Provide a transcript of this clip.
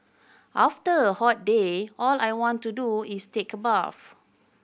after a hot day all I want to do is take a bath